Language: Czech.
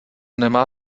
nemá